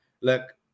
Look